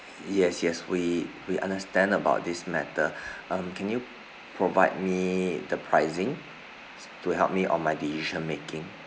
yes yes we we understand about this matter um can you provide me the pricing to help me on my decision making